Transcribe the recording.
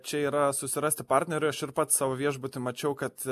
čia yra susirasti partnerį aš ir pats savo viešbutį mačiau kad